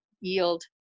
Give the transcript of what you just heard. yield